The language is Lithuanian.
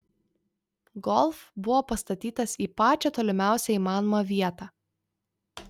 golf buvo pastatytas į pačią tolimiausią įmanomą vietą